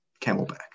camelback